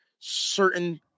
certain